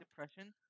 depression